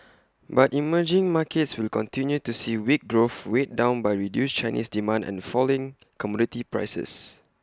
but emerging markets will continue to see weak growth weighed down by reduced Chinese demand and falling commodity prices